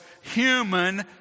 human